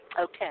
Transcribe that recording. okay